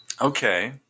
Okay